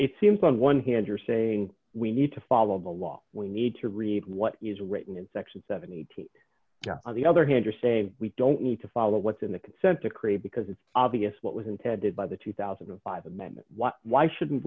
it seems on one hand you're saying we need to follow the law we need to read what is written in section seventy two on the other hand or say we don't need to follow what's in the consent decree because it's obvious what was intended by the two thousand and five amendment why shouldn't